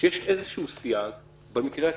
שיש איזשהו סייג במקרה הקיצון.